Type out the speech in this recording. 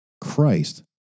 Christ